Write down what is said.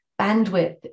bandwidth